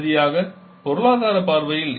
இறுதியாக பொருளாதார பார்வையில்